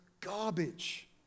garbage